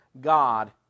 God